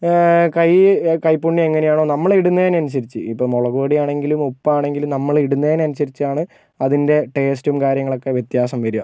കൈ കൈപ്പുണ്യം എങ്ങനെ ആണോ നമ്മള് ഇടുന്നതിന് അനുസരിച്ച് ഇപ്പം മുളക് പൊടി ആണെങ്കിലും ഉപ്പാണെങ്കിലും നമ്മള് ഇടുന്നതിന് അനുസരിച്ചാണ് അതിൻ്റെ ടേസ്റ്റും കാര്യങ്ങളൊക്കെ വ്യത്യാസം വരിക